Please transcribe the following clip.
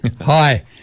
Hi